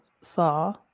saw